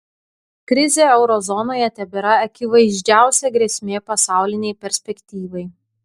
krizė euro zonoje tebėra akivaizdžiausia grėsmė pasaulinei perspektyvai